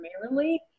primarily